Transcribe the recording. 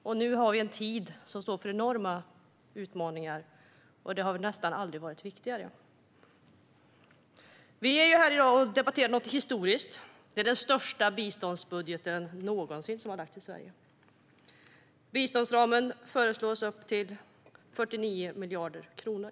Detta är en tid då vi står inför enorma utmaningar, och biståndet har nästan aldrig varit viktigare. I dag debatterar vi något historiskt - den största biståndsbudget som någonsin har lagts fram i Sverige. Biståndsramen föreslås uppgå till 49 miljarder kronor.